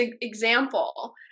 example